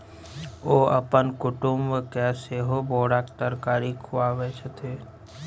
ओ अपन कुटुमके सेहो बोराक तरकारी खुआबै छथि